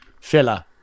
filler